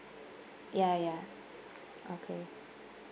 ya ya okay